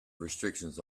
restrictions